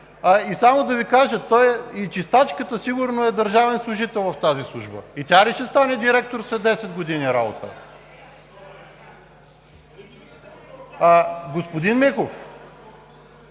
Само да Ви кажа: то и чистачката сигурно е държавен служител в тази служба. И тя ли ще стане директор след 10 години работа? (Реплики.)